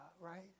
right